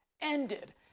ended